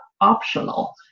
optional